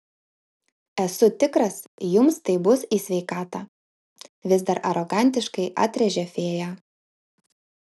esu tikras jums tai bus į sveikatą vis dar arogantiškai atrėžė fėja